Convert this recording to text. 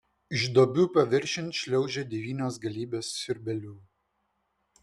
iš duobių paviršiun šliaužia devynios galybės siurbėlių